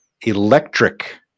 electric